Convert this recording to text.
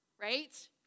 right